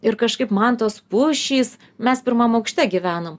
ir kažkaip man tos pušys mes pirmam aukšte gyvenom